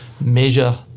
measure